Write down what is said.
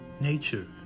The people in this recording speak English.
nature